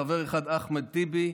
חבר אחד: אחמד טיבי,